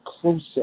closer